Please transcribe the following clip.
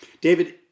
David